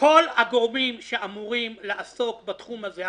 כל הגורמים שאמורים לעסוק בתחום הזה,